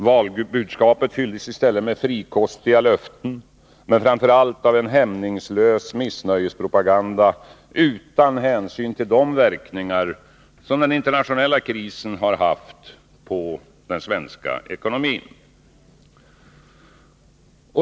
Valbudskapet fylldes i stället med frikostiga löften, men framför allt av en hämningslös missnöjespropaganda utan hänsyn till de verkningar som den internationella krisen har haft på svensk ekonomi.